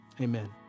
Amen